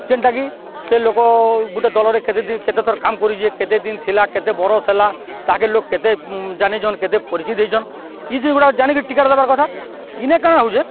ଯେନ୍ଟାକି ସେ ଲୋକ୍ ଗୁଟେ ଦଲରେ କେତେ ଦିନ୍ କେତେ ଥର୍ କାମ୍ କରଛେ କେତେ ଦିନ୍ ଥିଲା କେତେ ବରଷ୍ ହେଲା ତାହାକେ ଲୋକ୍ କେତେ ଜାନିଚନ୍ କେତେ ପରିଚିତ୍ ହେଇଚନ୍ ଇସବୁ ଗୁଡ଼ା ଜାନିକିରି ଟିକଟ୍ ଦେବାର୍ କଥା ଇନେ କଣା ହଉଚେ